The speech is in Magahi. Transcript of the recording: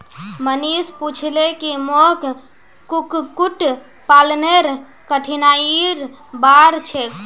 मनीष पूछले की मोक कुक्कुट पालनेर कठिनाइर बार छेक